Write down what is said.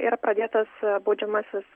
yra pradėtas baudžiamasis